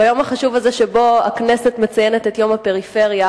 ביום החשוב הזה שבו הכנסת מציינת את יום הפריפריה,